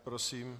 Prosím.